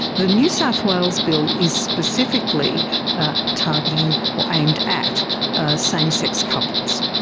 the new south wales bill is specifically targeting or aimed at same-sex couples.